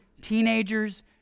teenagers